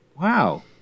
Wow